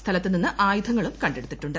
സ്ഥലത്തു നിന്നും ആയുധങ്ങളും കണ്ടെടുത്തിട്ടുണ്ട്